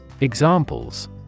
Examples